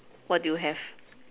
what do you have